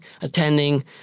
attending